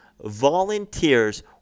volunteers